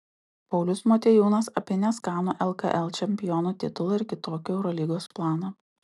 paulius motiejūnas apie neskanų lkl čempionų titulą ir kitokį eurolygos planą